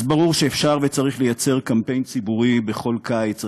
אז ברור שאפשר וצריך לייצר קמפיין ציבורי בכל קיץ,